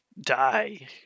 die